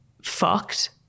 fucked